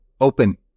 open